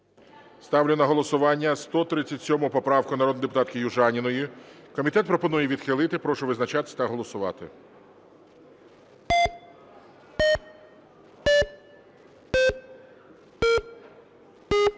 Ставлю на голосування 137 поправку народної депутатки Южаніної. Комітет пропонує її відхилити. Прошу визначатися та голосувати.